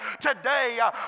today